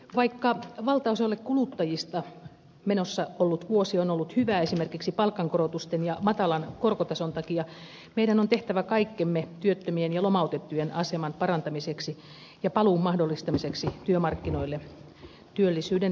vaikka valtaosalle kuluttajista menossa oleva vuosi on ollut hyvä esimerkiksi palkankorotusten ja matalan korkotason takia meidän on tehtävä kaikkemme työttömien ja lomautettujen aseman parantamiseksi ja paluun mahdollistamiseksi työmarkkinoille työllisyyden lisäämiseksi